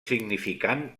significant